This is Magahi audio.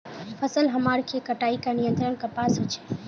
फसल हमार के कटाई का नियंत्रण कपास होचे?